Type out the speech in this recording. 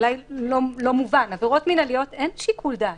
אולי זה לא מובן: בעבירות מנהליות אין שיקול דעת.